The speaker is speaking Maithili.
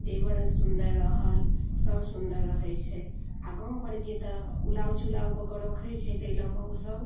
देबर सुन्दर रहल सभ सुन्दर रहै छै आओर गाँवपर के तऽ उलाउ चुलाउ कऽ कऽ रखै छै तै लऽ कऽ ओ सभ